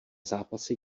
zápasy